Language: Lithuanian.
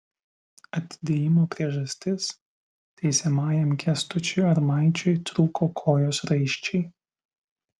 atidėjimo priežastis teisiamajam kęstučiui armaičiui trūko kojos raiščiai